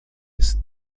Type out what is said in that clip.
esse